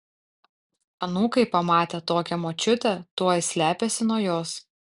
anūkai pamatę tokią močiutę tuoj slepiasi nuo jos